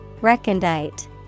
Recondite